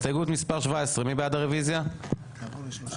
הצבעה בעד,